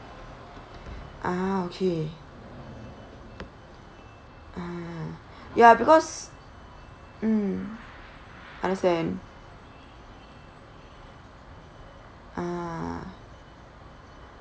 ah okay ah ya because mm understand ah